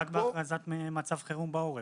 רק בהכרזת מצב חירום בעורף?